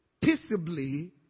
peaceably